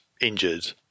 injured